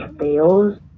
fails